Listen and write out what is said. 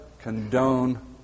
condone